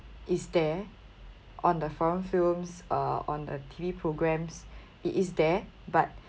is there on the foreign films uh on the T_V programmes it is there but